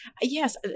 Yes